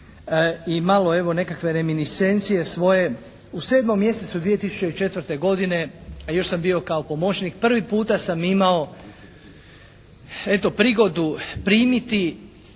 i malo evo nekakve reminiscencije svoje. U sedmom mjesecu 2004. godine, a još sam bio kao pomoćnik prvi puta sam imao eto prigodu primiti